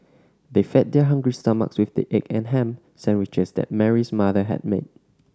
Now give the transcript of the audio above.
they fed their hungry stomachs with the egg and ham sandwiches that Mary's mother had made